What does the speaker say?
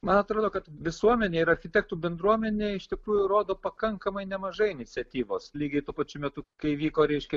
man atrodo kad visuomenė ir architektų bendruomenė iš tikrųjų rodo pakankamai nemažai iniciatyvos lygiai tuo pačiu metu kai vyko reiškia